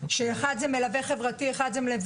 אחד; אחד זה מלווה חברתי ואחד זה מלווה